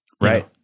right